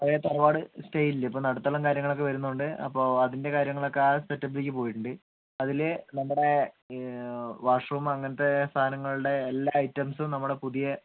പഴയ തറവാട് സ്റ്റയ്ലില്ലെ ഇപ്പം നടുത്തളം കാര്യങ്ങളൊക്കെ വരുന്നുണ്ട് അപ്പോൾ അതിൻ്റെ കാര്യങ്ങളൊക്കെ ആ സെറ്റപ്പിലേക്ക് പോയിട്ട് ഉണ്ട് അതില് നമ്മുടെ വാഷ്റൂമ് അങ്ങനത്തെ സാധനങ്ങളുടെ എല്ലാ ഐറ്റംസും നമ്മള് പുതിയ